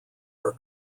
are